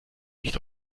nicht